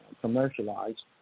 commercialized